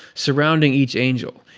surrounding each angel.